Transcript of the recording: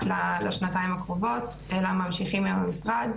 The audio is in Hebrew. לשנתיים הקרובות אלא ממשיכים עם המשרד,